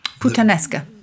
Putanesca